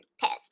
pissed